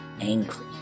angry